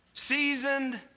seasoned